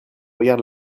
regarde